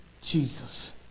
Jesus